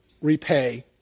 repay